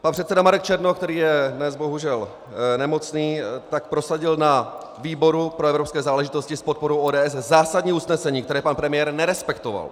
Pan předseda Marek Černoch, který je dnes bohužel nemocný, prosadil na výboru pro evropské záležitosti s podporou ODS zásadní usnesení, které pan premiér nerespektoval.